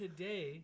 Today